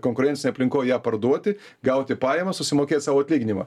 konkurencinėj aplinkoj ją parduoti gauti pajamas susimokėt sau atlyginimą